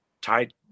tied